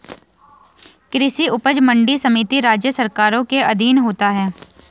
कृषि उपज मंडी समिति राज्य सरकारों के अधीन होता है